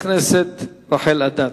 חברת הכנסת רחל אדטו.